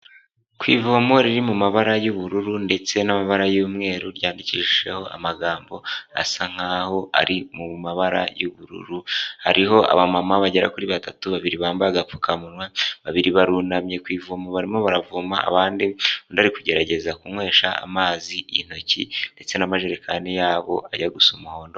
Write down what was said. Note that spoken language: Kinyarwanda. Ku ivomo riri mu mabara y'ubururu ndetse n'amabara y'umweru. Ryandikishijeho amagambo asa nk'aho ari mu mabara y'ubururu, hariho abamama bagera kuri batatu, babiri bambaye agapfukamunwa, babiri barunamye ku ivomo barimo baravoma, abandi undi ari kugerageza kunywesha amazi intoki ndetse n'amajerekani yabo ajya gusoma umuhondo.